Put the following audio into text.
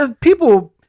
people